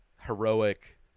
heroic